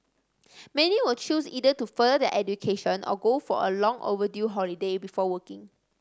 many will choose either to further their education or go for a long overdue holiday before working